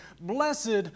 Blessed